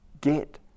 get